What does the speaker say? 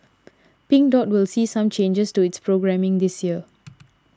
Pink Dot will see some changes to its programming this year